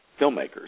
filmmakers